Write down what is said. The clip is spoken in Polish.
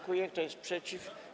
Kto jest przeciw?